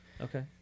Okay